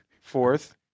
fourth